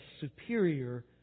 superior